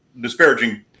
disparaging